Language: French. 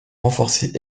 renforcés